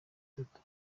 itatu